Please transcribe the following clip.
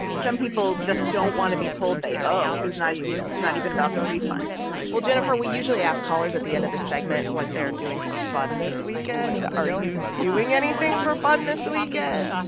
some people just don't want to be told they owe. it's not you know, it's not even about the refund well, jennifer, we usually ask callers at the end of the segment what they're doing for fun this weekend. are you doing anything for fun this weekend?